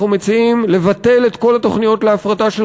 אנחנו מציעים לבטל את כל התוכניות להפרטה של